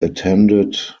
attended